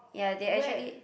where